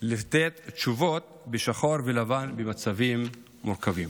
לתת תשובות בשחור ולבן במצבים מורכבים.